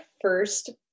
first